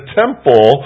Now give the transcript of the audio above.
temple